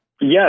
Yes